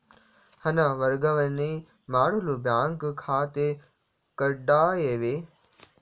ಹಣ ವರ್ಗಾವಣೆ ಮಾಡಲು ಬ್ಯಾಂಕ್ ಖಾತೆ ಕಡ್ಡಾಯವೇ?